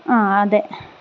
ആ അതെ